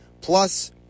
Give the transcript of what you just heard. plus